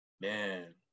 Man